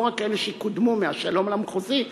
לא רק אלה שקודמו מהשלום למחוזי,